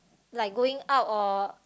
like going out or